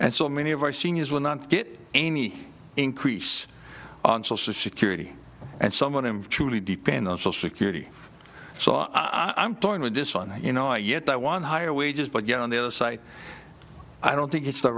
and so many of our seniors will not get any increase on social security and some one and truly depend on social security so i'm torn with this one you know i yet i want higher wages but yet on the other side i don't think it's the